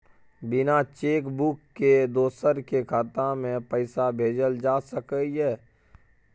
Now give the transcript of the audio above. बिना cheque book के दोसर के खाता में पैसा भेजल जा सकै ये?